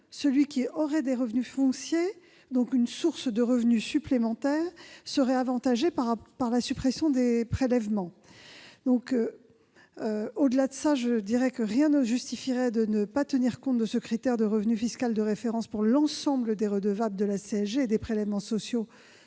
celui qui aurait des revenus fonciers, disposant donc d'une source de revenus supplémentaires, serait avantagé par la suppression des prélèvements. Au-delà de cela, rien ne justifierait de ne pas tenir compte de ce critère de revenu fiscal de référence pour l'ensemble des redevables de la CSG et des prélèvements sociaux